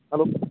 hello